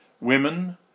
women